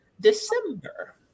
December